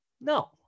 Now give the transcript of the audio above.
No